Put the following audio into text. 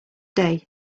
day